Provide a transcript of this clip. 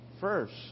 first